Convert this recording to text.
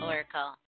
Oracle